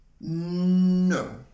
No